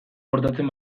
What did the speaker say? portatzen